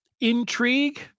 intrigue